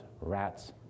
rats